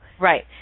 Right